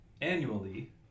annually